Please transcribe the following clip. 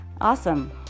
awesome